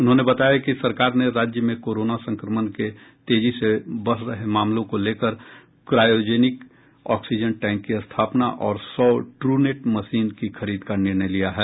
उन्होंने बताया कि सरकार ने राज्य में कोरोना संक्रमण के तेजी से बढ़ रहे मामलों को लेकर क्रायोजेनिक ऑक्सीजन टैंक की स्थापना और सौ ट्रूनेट मशीन की खरीद का निर्णय लिया है